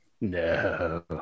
no